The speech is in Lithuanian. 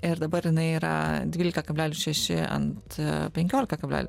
ir dabar jinai yra dvylika kablelis šeši ant penkiolika kableli